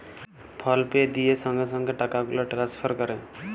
ফল pay দিঁয়ে সঙ্গে সঙ্গে টাকা গুলা টেলেসফার ক্যরে